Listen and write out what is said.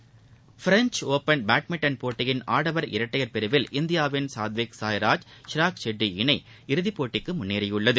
விளையாட்டுச் செய்தி French Open badminton போட்டியில் ஆடவர் இரட்டையர் பிரிவில் இந்தியாவின் சாத்விக் சாய்ராஜ் ஷிராக் ஷெட்டி இணை இறுதிப் போட்டிக்கு முன்னேறியுள்ளது